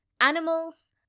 animals